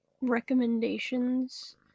recommendations